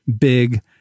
big